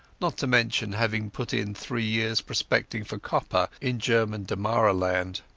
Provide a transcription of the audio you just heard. not to mention having put in three years prospecting for copper in german damaraland.